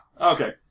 Okay